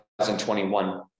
2021